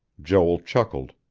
joel chuckled.